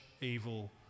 evil